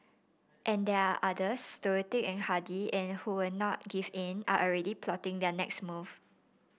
and there are others stoic and hardy and who will not give in are already plotting their next move